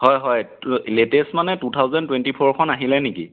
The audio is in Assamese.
হয় হয় টু লেটেষ্ট মানে টু থাউজেণ্ড টুৱেণ্টি ফ'ৰখন আহিলে নেকি